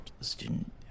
student